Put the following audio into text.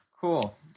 Cool